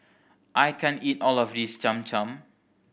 I can't eat all of this Cham Cham